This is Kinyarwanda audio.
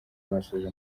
basoje